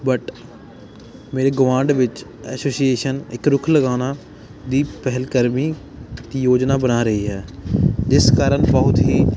but ਮੇਰੇ ਗੁਆਂਢ ਵਿੱਚ ਐਸੋਸੀਏਸ਼ਨ ਇੱਕ ਰੁੱਖ ਲਗਾਉਣਾ ਦੀ ਪਹਿਲ ਕਰਮੀ ਕੀ ਯੋਜਨਾ ਬਣਾ ਰਹੀ ਹੈ ਜਿਸ ਕਾਰਨ ਬਹੁਤ ਹੀ